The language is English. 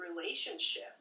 relationship